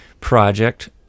project